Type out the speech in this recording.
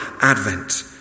Advent